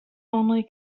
only